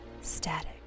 Static